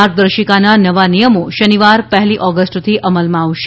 માર્ગદર્શિકાના નવા નિયમો શનિવાર પહેલી ઓગસ્ટથી અમલમાં આવશે